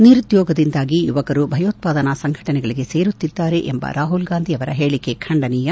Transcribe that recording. ನಿರುದ್ಯೋಗದಿಂದಾಗಿ ಯುವಕರು ಭಯೋತ್ವಾದನಾ ಸಂಘಟನೆಗಳಗೆ ಸೇರುತ್ತಿದ್ದಾರೆ ಎಂಬ ರಾಹುಲ್ಗಾಂಧಿ ಅವರ ಹೇಳಿಕೆ ಖಂಡನೀಯ